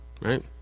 Right